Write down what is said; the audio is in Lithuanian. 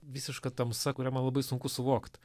visiška tamsa kurią man labai sunku suvokt